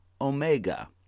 Omega